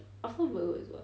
after virgo is what